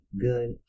good